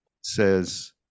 says